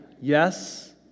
Yes